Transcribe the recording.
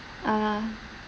uh